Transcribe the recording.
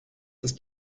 ist